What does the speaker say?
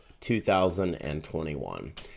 2021